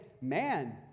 man